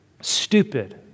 Stupid